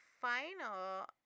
final